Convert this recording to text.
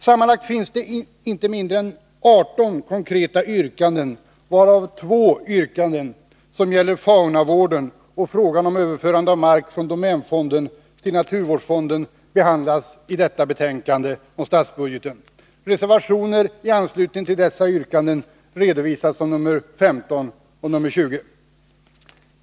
Sammanlagt finns inte mindre än 18 konkreta yrkanden i motionen, varav två yrkanden, som gäller faunavården och frågan om överförande av mark från domänfonden till naturvårdsfonden, behandlas i detta betänkande om statsbudgeten. Reservationer i anslutning till dessa yrkanden redovisas som nr 15 och nr 20.